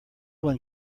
one